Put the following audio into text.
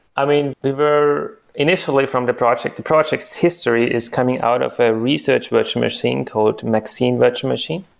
i mean, we were initially from the project, the project's history is coming out of a research virtual machine called maxine virtual machine,